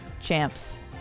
Champs